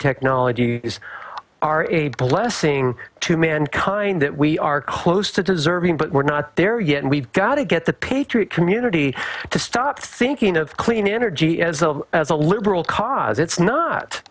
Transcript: technology is a blessing to mankind that we are close to deserving but we're not there yet and we've got to get the patriot community to stop thinking of clean energy as a as a liberal cause it's not